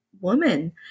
woman